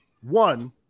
One –